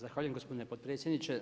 Zahvaljujem gospodine potpredsjedniče.